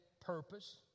purpose